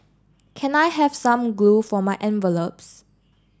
can I have some glue for my envelopes